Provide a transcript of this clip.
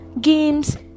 games